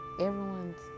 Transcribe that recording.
Everyone's